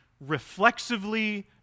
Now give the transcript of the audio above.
reflexively